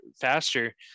faster